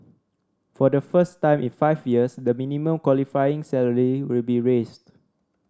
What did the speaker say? for the first time in five years the minimum qualifying salary will be raised